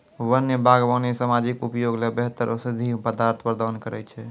वन्य बागबानी सामाजिक उपयोग ल बेहतर औषधीय पदार्थ प्रदान करै छै